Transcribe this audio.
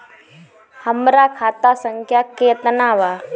हमरा खाता संख्या केतना बा?